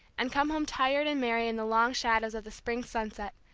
and come home tired and merry in the long shadows of the spring sunset,